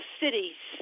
cities